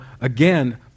again